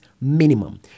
minimum